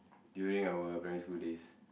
during our primary school days